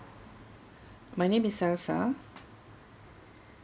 my name is salsa